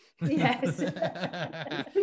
Yes